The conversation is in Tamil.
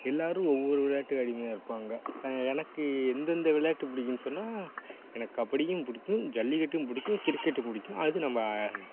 எல்லாரும் ஒவ்வொரு விளையாட்டுக்கு அடிமையாக இருப்பாங்க எனக்கு எந்தெந்த விளையாட்டு பிடிக்கும்னு சொன்னால் எனக்கு கபடியும் பிடிக்கும் ஜல்லிக்கட்டும் பிடிக்கும் கிரிக்கெட் பிடிக்கும் அது நம்ப